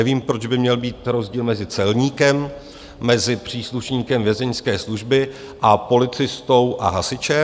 Nevím, proč by měl být rozdíl mezi celníkem, mezi příslušníkem Vězeňské služby a policistou a hasičem.